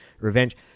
revenge